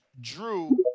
Drew